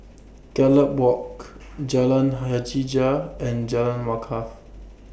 Gallop Walk Jalan Hajijah and Jalan Wakaff